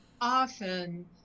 often